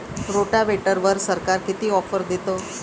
रोटावेटरवर सरकार किती ऑफर देतं?